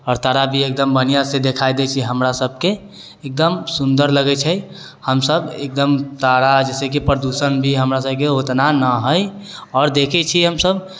आओर तारा भी एकदम बढ़ियाँसँ देखाइ दै छै हमरा सभके एकदम सुन्दर लगै छै हम सभ हम सभ एकदम तारा जइसे कि हमरा सभके प्रदूषण भी उतना न है आओर देखै छियै हम सभ